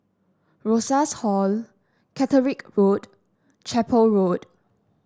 Rosas Hall Catterick Road Chapel Road